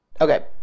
Okay